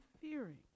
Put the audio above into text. fearing